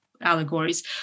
Allegories